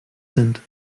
sind